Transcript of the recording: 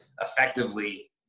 effectively